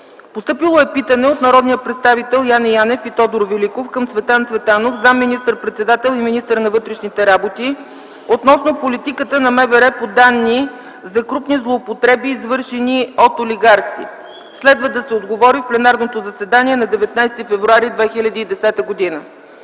Постъпило е питане от народните представители Яне Янев и Тодор Великов към Цветан Цветанов – заместник министър-председател и министър на вътрешните работи, относно политиката на МВР по данни за крупни злоупотреби, извършени от олигарси. Следва да се отговори в пленарното заседание на 19 февруари 2010 г.